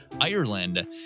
Ireland